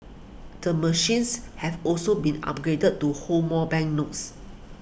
the machines have also been upgraded to hold more banknotes